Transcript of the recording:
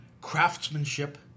craftsmanship